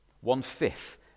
One-fifth